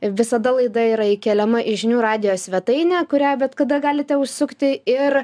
visada laida yra įkeliama į žinių radijo svetainę kurią bet kada galite užsukti ir